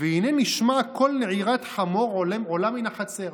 והינה נשמע קול נעירת חמור עולה מן החצר.